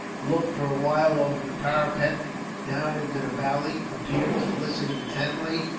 looked for a while over the parapet down into the valley, appeared to listen intently,